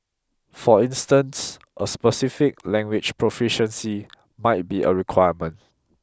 for instance a specific language proficiency might be a requirement